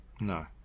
No